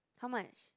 how much